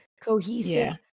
cohesive